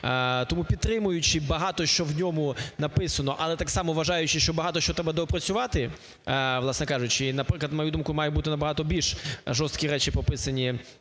Тому, підтримуючи багато що в ньому написано, але так само вважаючи, що багато що там треба опрацювати, власне кажучи… і, наприклад, на мою думку, має бути набагато більш жорсткі речі прописані